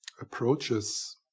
approaches